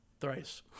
thrice